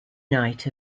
night